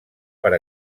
per